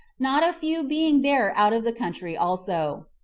not a few being there out of the country also.